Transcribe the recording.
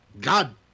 God